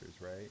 right